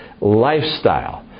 lifestyle